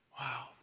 Wow